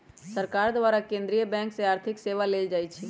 सरकार द्वारा केंद्रीय बैंक से आर्थिक सेवा लेल जाइ छइ